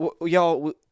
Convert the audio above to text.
Y'all